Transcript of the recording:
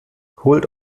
holt